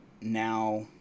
now